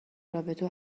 رابطه